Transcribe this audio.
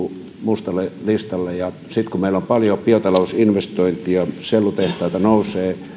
turvekin joutuu mustalle listalle mutta kun meillä on paljon biotalousinvestointeja sellutehtaita nousee